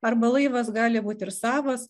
arba laivas gali būti ir savas